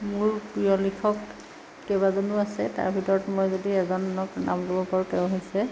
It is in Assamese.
মোৰ প্ৰিয় লিখক কেইবাজনো আছে তাৰ ভিতৰত মই যদি এজনক নাম ল'ব পাৰোঁ তেওঁ হৈছে